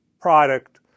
product